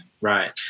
Right